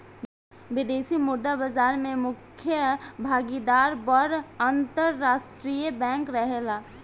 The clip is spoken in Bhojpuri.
विदेशी मुद्रा बाजार में मुख्य भागीदार बड़ अंतरराष्ट्रीय बैंक रहेला